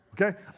okay